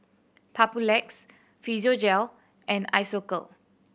Papulex Physiogel and Isocal